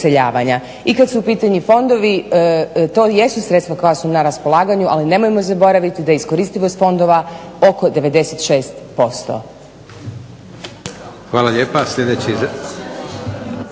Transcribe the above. I kad su u pitanju fondovi to jesu sredstva koja su na raspolaganju ali nemoj mo zaboraviti da je iskoristivost fondova oko 96%